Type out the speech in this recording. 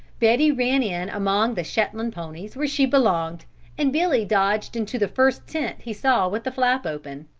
betty ran in among the shetland ponies where she belonged and billy dodged into the first tent he saw with the flap open.